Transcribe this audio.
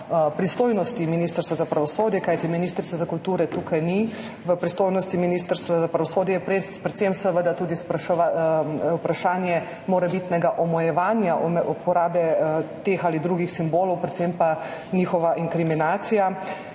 pristojnosti Ministrstva za pravosodje, kajti ministrice za kulturo tukaj ni, v pristojnosti Ministrstva za pravosodje je predvsem vprašanje morebitnega omejevanja uporabe teh ali drugih simbolov, predvsem pa njihova inkriminacija